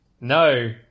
no